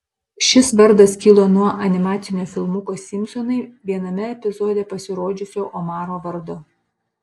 šis vardas kilo nuo animacinio filmuko simpsonai viename epizode pasirodžiusio omaro vardo